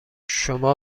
شما